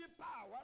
power